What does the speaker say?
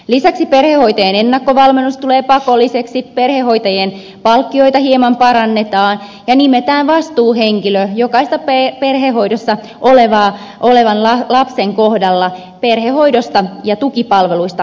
lisäksi perhehoitajien ennakkovalmennus tulee pakolliseksi perhehoitajien palkkioita hieman parannetaan ja nimetään vastuuhenkilö jokaisen perhehoidossa olevan lapsen kohdalla perhehoidosta ja tukipalveluista vastaamaan